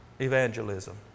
evangelism